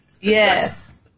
Yes